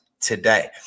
today